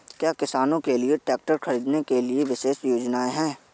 क्या किसानों के लिए ट्रैक्टर खरीदने के लिए विशेष योजनाएं हैं?